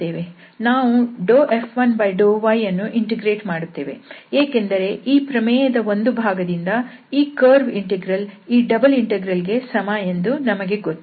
ನಾವು F1∂y ಅನ್ನು ಇಂಟಿಗ್ರೇಟ್ ಮಾಡುತ್ತೇವೆ ಏಕೆಂದರೆ ಈ ಪ್ರಮೇಯದ ಒಂದು ಭಾಗದಿಂದ ಈ ಕರ್ವ್ ಇಂಟೆಗ್ರಲ್ ಈ ಡಬಲ್ ಇಂಟೆಗ್ರಲ್ ಗೆ ಸಮ ಎಂದು ನಮಗೆ ಗೊತ್ತು